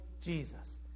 Jesus